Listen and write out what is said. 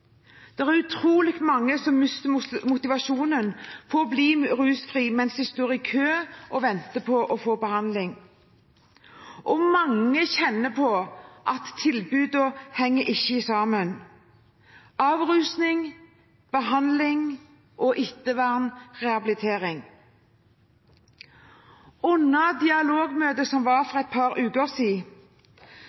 er utrolig mange som mister motivasjonen for å bli rusfri mens de står i kø og venter på å få behandling. Og mange kjenner på at tilbudene ikke henger sammen – avrusing, behandling, ettervern, rehabilitering. Under dialogmøtet for et par uker